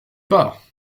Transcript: part